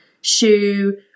Shoe